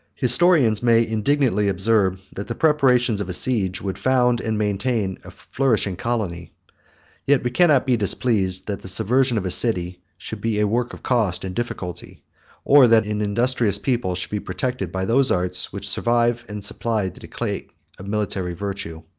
historians may indignantly observe, that the preparations of a siege would found and maintain a flourishing colony yet we cannot be displeased, that the subversion of a city should be a work of cost and difficulty or that an industrious people should be protected by those arts, which survive and supply the decay of military virtue.